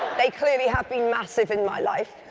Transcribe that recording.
they clearly have been massive in my life,